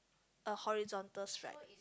a horizontal stripe